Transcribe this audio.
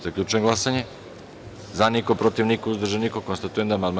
Zaključujem glasanje: za – niko, protiv – niko, uzdržanih – nema.